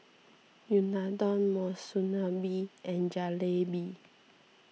Unadon Monsunabe and Jalebi